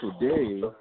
today